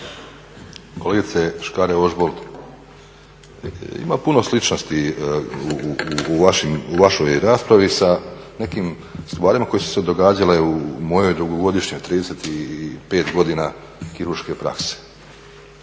Kolegice Škare-Ožbolt, ima puno sličnosti u vašoj raspravi sa nekim stvarima koje su se događale u mojoj dugogodišnjoj, 35 godina kirurške prakse.